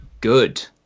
good